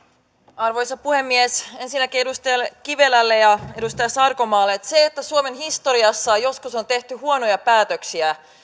arvoisa puhemies ensinnäkin edustaja kivelälle ja edustaja sarkomaalle se että suomen historiassa joskus on tehty huonoja päätöksiä